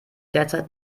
derzeit